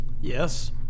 Yes